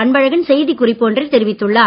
அன்பழகன் செய்திக்குறிப்பு ஒன்றில் தெரிவித்துள்ளார்